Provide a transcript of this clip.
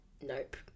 nope